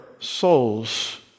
souls